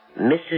Mrs